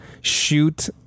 shoot